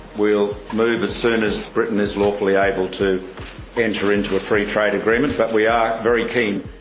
we'll move as soon as britain is lawfully able to enter into a free trade agreement, but we are very keen.